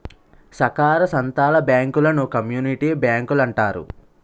సాకార సంత్తల బ్యాంకులను కమ్యూనిటీ బ్యాంకులంటారు